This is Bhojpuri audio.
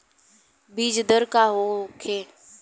बीजदर का होखे?